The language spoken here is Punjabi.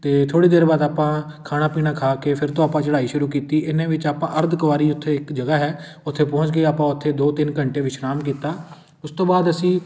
ਅਤੇ ਥੋੜ੍ਹੀ ਦੇਰ ਬਾਅਦ ਆਪਾਂ ਖਾਣਾ ਪੀਣਾ ਖਾ ਕੇ ਫਿਰ ਤੋਂ ਆਪਾਂ ਚੜ੍ਹਾਈ ਸ਼ੁਰੂ ਕੀਤੀ ਇੰਨੇ ਵਿੱਚ ਆਪਾਂ ਅਰਧ ਕੁਆਰੀ ਉੱਥੇ ਇੱਕ ਜਗ੍ਹਾ ਹੈ ਉੱਥੇ ਪਹੁੰਚ ਕੇ ਆਪਾਂ ਉੱਥੇ ਦੋ ਤਿੰਨ ਘੰਟੇ ਵਿਸ਼ਰਾਮ ਕੀਤਾ ਉਸ ਤੋਂ ਬਾਅਦ ਅਸੀਂ